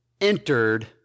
entered